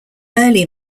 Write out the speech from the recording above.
early